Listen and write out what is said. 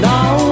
Now